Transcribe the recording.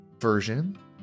version